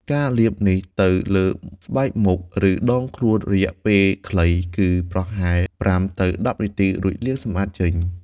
លាបល្បាយនេះទៅលើស្បែកមុខ ឬដងខ្លួនរយៈពេលខ្លី គឺប្រហែល ៥ ទៅ ១០ នាទី រួចលាងសម្អាតចេញ។